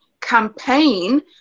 campaign